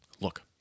look